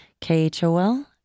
KHOL